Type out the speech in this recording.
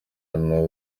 hano